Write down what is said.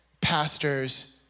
pastors